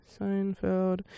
seinfeld